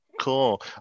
Cool